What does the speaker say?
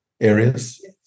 areas